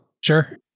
Sure